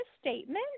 statement